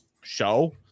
show